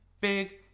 big